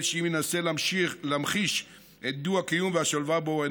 שאם אנסה להמחיש את הדו-קיום והשלווה בו,